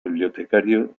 bibliotecario